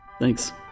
Thanks